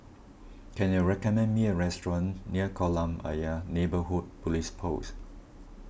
can you recommend me a restaurant near Kolam Ayer Neighbourhood Police Post